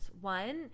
One